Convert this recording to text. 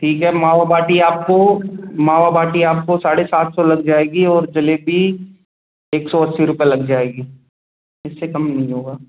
ठीक है मावा बाटी आपको मावा बाटी आपको साढ़े सात सौ लग जाएगी और जलेबी एक सौ अस्सी रुपये लग जाएगी इससे कम नहीं होगा